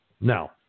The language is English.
Now